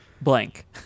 Blank